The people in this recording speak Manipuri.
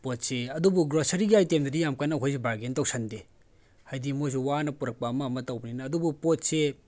ꯄꯣꯠꯁꯤ ꯑꯗꯨꯕꯨ ꯒ꯭ꯔꯣꯁꯔꯤꯒꯤ ꯑꯥꯏꯇꯦꯝꯗꯗꯤ ꯌꯥꯝ ꯀꯟꯅ ꯑꯩꯈꯣꯏꯁꯦ ꯕꯥꯔꯒꯦꯟ ꯇꯧꯁꯤꯟꯗꯦ ꯍꯥꯏꯗꯤ ꯃꯣꯏꯁꯨ ꯋꯥꯅ ꯄꯨꯔꯛꯄ ꯑꯃ ꯑꯃ ꯇꯧꯕꯅꯤꯅ ꯑꯗꯨꯕꯨ ꯄꯣꯠꯁꯤ